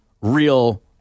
real